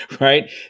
right